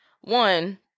one